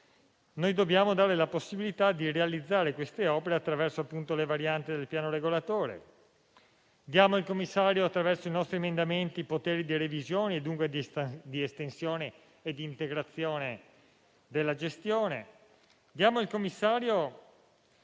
dobbiamo dare la possibilità di realizzare queste opere, attraverso le varianti del piano regolatore. Diamo al commissario, attraverso i nostri emendamenti, poteri di revisione e dunque di estensione e di integrazione della gestione. Diamo al commissario